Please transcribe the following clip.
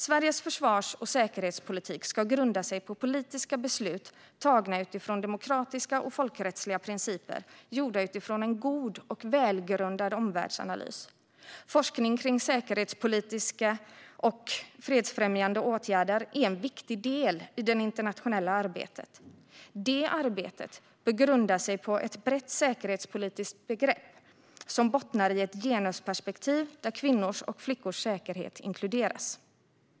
Sveriges försvars och säkerhetspolitik ska grunda sig på politiska beslut tagna utifrån demokratiska och folkrättsliga principer utifrån en god och välgrundad omvärldsanalys. Forskning om säkerhetspolitiska och fredsfrämjande åtgärder är en viktig del i det internationella arbetet. Det arbetet bör grunda sig på ett brett säkerhetspolitiskt grepp som bottnar i ett genusperspektiv där kvinnors och flickors säkerhet inkluderas.